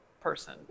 person